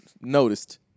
noticed